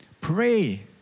Pray